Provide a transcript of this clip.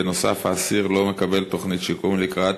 ונוסף על כך לא מקבל תוכנית שיקום לקראת